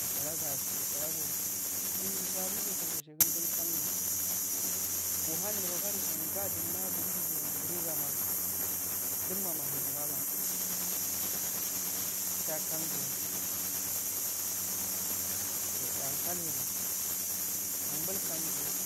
Gishalaga gishalagodu dinsha liseso goshe din kandugohan nro gade tsonga dinda gokig yandiri gama dimmo mahigin waka sha kanso koda ankal hedu ambul kanso